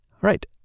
Right